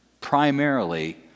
primarily